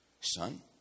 Son